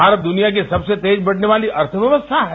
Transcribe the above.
भारत द्निया की सबसे तेज बढ़ने वाली अर्थव्यवस्था है